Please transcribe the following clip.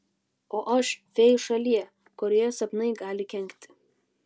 o aš fėjų šalyje kurioje sapnai gali kenkti